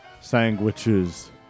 Sandwiches